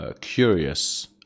curious